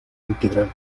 integral